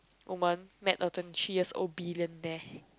woman met a twenty three years old billionaire